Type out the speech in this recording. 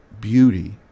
beauty